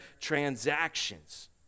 transactions